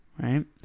Right